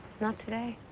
not today.